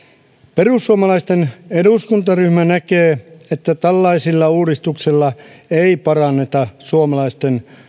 perussuomalaisten eduskuntaryhmä näkee että tällaisilla uudistuksilla ei paranneta suomalaisten